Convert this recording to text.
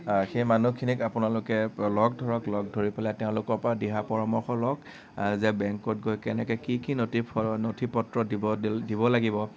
সেই মানুহখিনিক আপোনালোকে লগ ধৰক লগ ধৰি পেলাই তেওঁলোকৰ পৰা দিহা পৰামৰ্শ লওঁক যে বেংকত গৈ কেনেকৈ কি কি নতি নথি পত্ৰ দিব দিব লাগিব